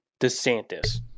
Desantis